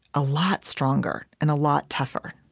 a lot stronger and a lot tougher